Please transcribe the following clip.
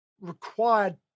required